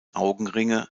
augenringe